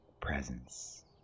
presence